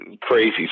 crazy